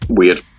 weird